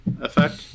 effect